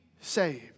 saved